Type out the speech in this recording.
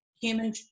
human